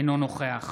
אינו נוכח